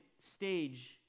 stage